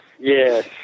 Yes